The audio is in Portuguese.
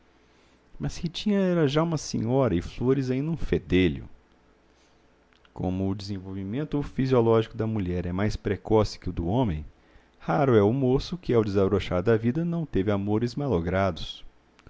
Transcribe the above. mas ritinha era já uma senhora e flores ainda um fedelho como o desenvolvimento fisiológico da mulher é mais precoce que o do homem raro é o moço que ao desabrochar da vida não teve amores malogrados